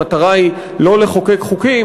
המטרה היא לא לחוקק חוקים,